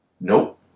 Nope